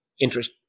interest